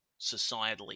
societally